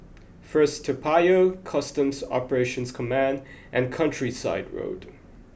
first Toa Payoh Customs Operations Command and Countryside Road